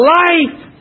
life